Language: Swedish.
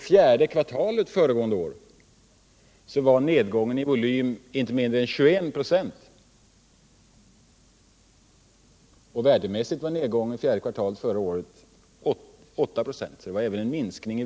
Fjärde kvartalet föregående år var nedgången inte mindre än 21 26. Värdemässigt var nedgången under fjärde kvartalet förra året 8 26, alltså även där en minskning.